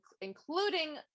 including